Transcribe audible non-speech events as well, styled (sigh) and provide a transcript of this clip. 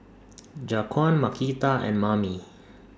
(noise) Jaquan Markita and Mamie